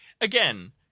Again